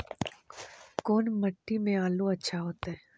कोन मट्टी में आलु अच्छा होतै?